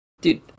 dude